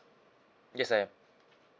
yes I am